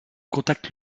contact